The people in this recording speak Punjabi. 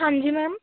ਹਾਂਜੀ ਮੈਮ